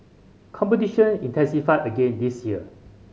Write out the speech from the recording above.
competition intensified again this year